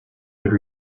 would